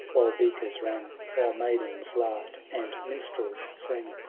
while beakers rang. while maidens laugh'd and minstrels sang,